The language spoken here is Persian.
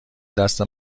دست